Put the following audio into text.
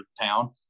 town